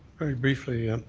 very briefly,